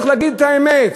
צריך להגיד את האמת,